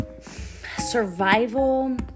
survival